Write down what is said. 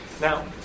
Now